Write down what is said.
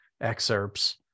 excerpts